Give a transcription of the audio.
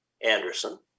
Anderson